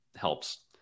helps